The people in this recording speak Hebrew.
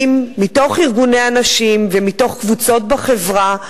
מתוך ארגוני הנשים ומתוך קבוצות בחברה,